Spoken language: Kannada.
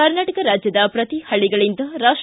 ಕರ್ನಾಟಕ ರಾಜ್ಯದ ಪ್ರತಿ ಹಳ್ಳಿಗಳಿಂದ ರಾಷ್ಟ